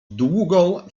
długą